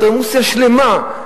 אנדרלמוסיה שלמה.